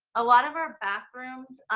a lot of our bathrooms,